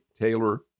Taylor